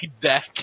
deck